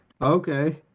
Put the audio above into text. Okay